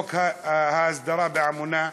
בחוק ההסדרה, בעמונה,